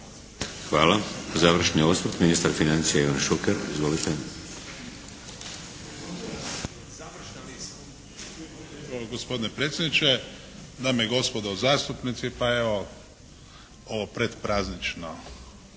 Hvala. Završni osvrt, ministar financija Ivan Šuker. Izvolite.